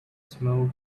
smoke